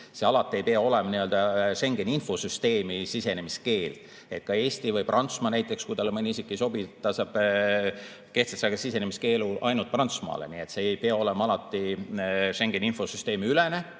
See ei pea alati olema Schengeni infosüsteemi sisenemiskeeld. Ka Eesti, või Prantsusmaa näiteks, kui talle mõni isik ei sobi, saab kehtestada sisenemiskeelu ainult Prantsusmaale. Nii et see ei pea olema alati Schengeni infosüsteemi ülene